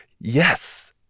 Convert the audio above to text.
yes